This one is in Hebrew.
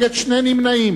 התש"ע 2009,